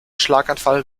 schlaganfall